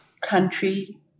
country